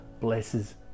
blesses